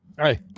Hey